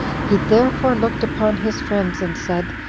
he therefore looked upon his friends, and said,